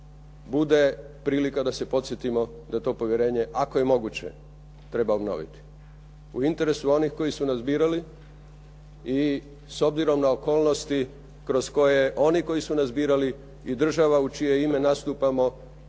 bude prilika da se podsjetimo da to povjerenje ako je moguće treba obnoviti. U interesu onih koji su nas birali i s obzirom na okolnosti kroz koje oni koji su nas birali i država u čije ime nastupamo